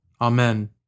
Amen